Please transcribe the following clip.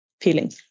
feeling